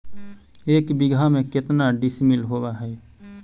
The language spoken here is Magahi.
एक बीघा में केतना डिसिमिल होव हइ?